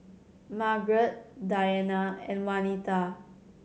Margret Dianna and Wanita